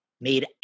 made